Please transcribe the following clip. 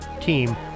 team